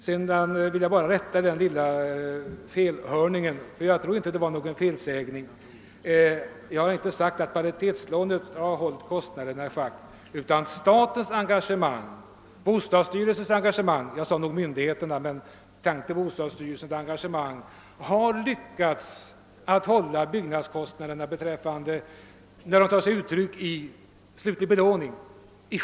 Jag vill sist rätta till ett litet hörfel — jag tror inte att det var en felsägning. Jag har inte sagt att paritetslånen hållit kostnaderna i schack, utan att vi genom statens, bl.a. bostadsstyrelsens, engagemang — jag sade kanske myndigheternas men avsåg bostadsstyrelsen — under de senaste åren har hållit byggnadskostnaderna i schack när det gäller det uttryck dessa tar sig i den slutliga belåningen.